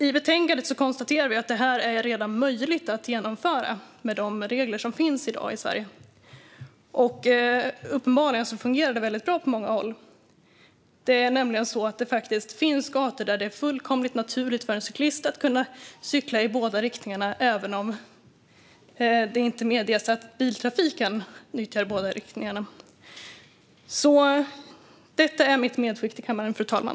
I betänkandet konstaterar vi att detta är möjligt att genomföra med de regler som redan finns i Sverige och att det uppenbarligen fungerar väldigt bra på många håll. Det finns nämligen gator där det är fullkomligt naturligt för en cyklist att cykla i båda riktningar även om det inte medges att biltrafiken nyttjar båda riktningar. Detta är mitt medskick till kammaren, fru talman.